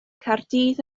caerdydd